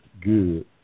good